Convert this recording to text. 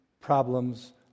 problems